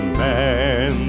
man